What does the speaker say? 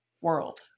world